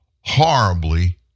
horribly